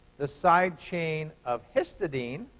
the side chain of histidine,